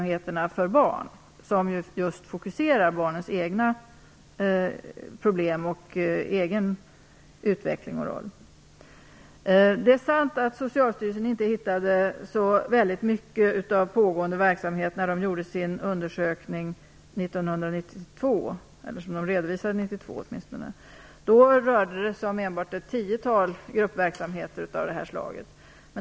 Här fokuseras barnens egna problem och deras egen utveckling och roll. Det är sant att Socialstyrelsen inte hittade så mycket av pågående verksamhet när man gjorde den undersökning som redovisades 1992. Då rörde det sig enbart om ett tiotal gruppverksamheter av det här slaget.